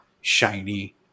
shiny